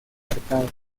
mercado